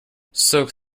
soak